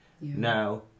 Now